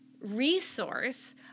resource